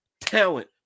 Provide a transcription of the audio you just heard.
talent